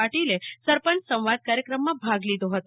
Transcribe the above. પાટિલે સરપંચ સંવાદ કાર્યક્રમમાં ભાગ લીધો હતો